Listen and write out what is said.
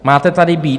Máte tady být!